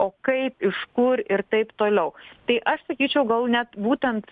o kaip iš kur ir taip toliau tai aš sakyčiau gal net būtent